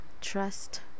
trust